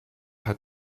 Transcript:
hat